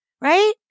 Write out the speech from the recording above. right